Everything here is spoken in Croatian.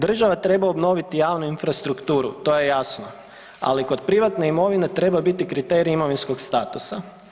Država treba obnoviti javnu infrastrukturu, to je jasno, ali kod privatne imovine treba biti kriterij imovinskog statusa.